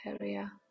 area